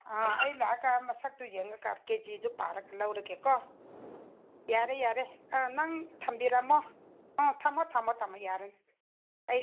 ꯑꯥ ꯑꯩ ꯂꯥꯛꯑꯒ ꯃꯁꯛꯇꯣ ꯌꯦꯡꯉꯒ ꯀꯦꯖꯤꯗꯣ ꯄꯥꯔꯒ ꯂꯧꯔꯒꯦꯀꯣ ꯌꯥꯔꯦ ꯌꯥꯔꯦ ꯅꯪ ꯊꯝꯕꯤꯔꯝꯃꯣ ꯊꯝꯃꯣ ꯊꯝꯃꯣ ꯊꯝꯃꯣ ꯌꯥꯔꯅꯤ ꯑꯩ